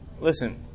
Listen